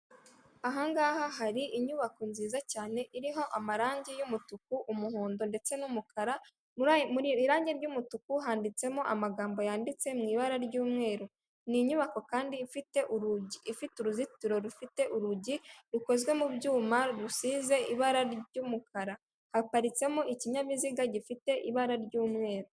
Aha ngaha hari inyubako nziza cyane iriho amarangi y'umutuku ,umuhondo ndetse n'umukara irangi ry'umutuku handitsemo amagambo yanditse mu ibara ry'umweru .Ni inyubako kandi ifite urugi ifite uruzitiro rufite urugi rukozwe mu byuma rugusize ibara ry'umukara, haparitsemo ikinyabiziga gifite ibara ry'umweru.